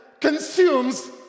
consumes